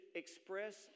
express